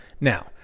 Now